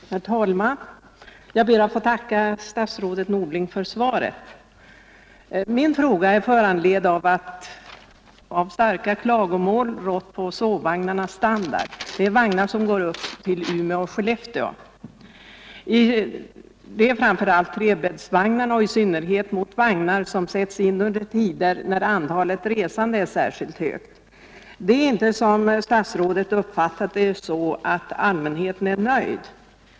Herr talman! Jag ber att få tacka statsrådet Norling för svaret. Min fråga är föranledd av att starka klagomål riktats mot sovvagnarnas standard, det gäller de vagnar som går upp till Umeå och Skellefteå, framför allt trebäddsvagnarna och då i synnerhet sådana vagnar som sätts in i tågen under tider när antalet resande är särskilt högt. Det är inte så som herr statsrådet uppfattat det att allmänheten är nöjd.